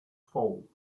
fold